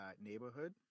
neighborhood